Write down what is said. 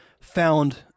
found